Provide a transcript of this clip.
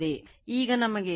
ಈಗ ನಮಗೆ ತಿಳಿದಿದೆ E1 4